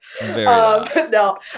No